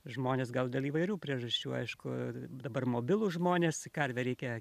žmonės gal dėl įvairių priežasčių aišku dabar mobilūs žmonės karvę reikia